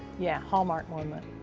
yeah. hallmark moment.